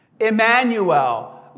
Emmanuel